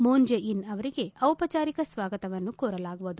Moon Jae in ಅವರಿಗೆ ದಿಪಚಾರಿಕ ಸ್ವಾಗತವನ್ನು ಕೋರಲಾಗುವುದು